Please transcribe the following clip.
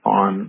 on